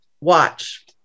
watch